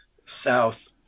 south